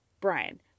Brian